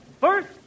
First